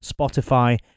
Spotify